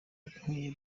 nkwiye